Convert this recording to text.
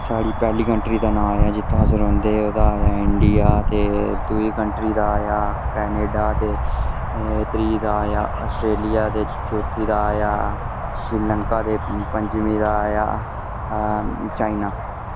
साढ़ी पैह्ली कंटरी दा नांऽ आया जित्थै अस रौंह्दे हे ओह्दा आया इंडिया ते दुई कंटरी दा आया कनेडा ते त्री दा आया आस्ट्रेलिया ते चौथी दा आया श्री लंका ते पंजमी दा आया चाइना